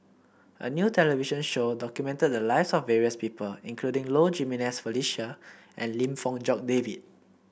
a new television show documented the lives of various people including Low Jimenez Felicia and Lim Fong Jock David